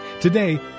Today